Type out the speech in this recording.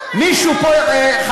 מישהו פה, מה זאת אומרת אין השוואה?